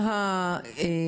ליוני.